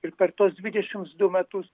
ir per tuos dvidešims du metus